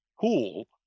pool